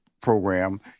program